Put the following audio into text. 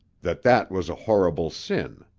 that that was a horrible sin.